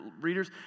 readers